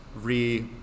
re